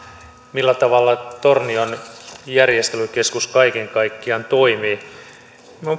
millä tavalla tornion järjestelykeskus kaiken kaikkiaan toimii minun